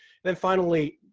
then finally,